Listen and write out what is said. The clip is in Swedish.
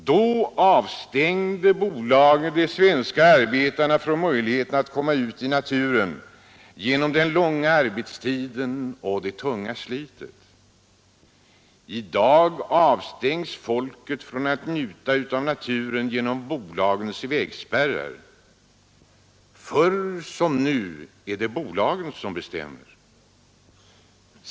Då avstängde bolagen de svenska arbetarna från möjligheterna att komma ut i naturen genom den långa arbetstiden och det tunga slitet. I dag avstängs folket från att njuta av naturen genom bolagens vägspärrar. Nu som förr är det bolagen som bestämmer.